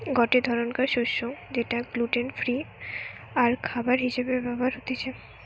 গটে ধরণকার শস্য যেটা গ্লুটেন ফ্রি আরখাবার হিসেবে ব্যবহার হতিছে